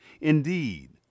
indeed